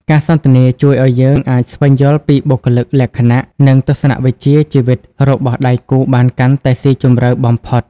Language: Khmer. ការសន្ទនាជួយឱ្យយើងអាចស្វែងយល់ពីបុគ្គលិកលក្ខណៈ និងទស្សនវិជ្ជាជីវិតរបស់ដៃគូបានកាន់តែស៊ីជម្រៅបំផុត។